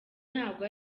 ntabwo